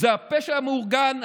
זה הפשע המאורגן,